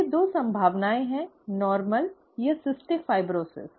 ये दो संभावनाएं हैं सामान्य या सिस्टिक फाइब्रोसिस